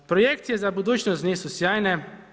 Projekcije za budućnost nisu sjajne.